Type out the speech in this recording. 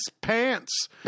pants